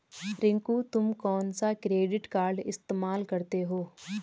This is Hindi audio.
रिंकू तुम कौन सा क्रेडिट कार्ड इस्तमाल करते हो?